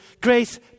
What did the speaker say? grace